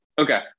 Okay